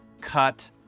cut